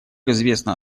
известно